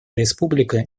республика